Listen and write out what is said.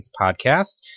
podcast